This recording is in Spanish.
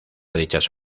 dichas